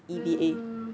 mm